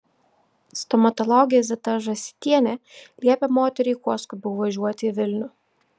stomatologė zita žąsytienė liepė moteriai kuo skubiau važiuoti į vilnių